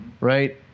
right